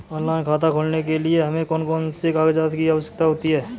Online खाता खोलने के लिए हमें कौन कौन से कागजात की आवश्यकता होती है?